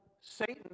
Satan